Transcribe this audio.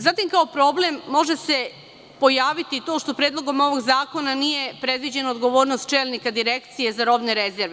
Zatim, kao problem može se pojaviti to što predlogom ovog zakona nije predviđena odgovornost čelnika Direkcije za robne rezerve.